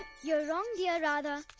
you're wrong, dear radha.